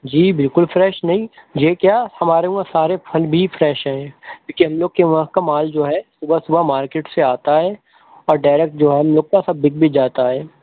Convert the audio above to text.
جی بالکل فریش نہیں یہ کیا ہمارے وہاں سارے پھل بھی فریش ہیں کیونکہ ہم لوگ کے وہاں کا مال جو ہے صبح صبح مارکیٹ سے آتا ہے اور ڈائریکٹ جو ہے ہم لوگ کا سب بک بھی جاتا ہے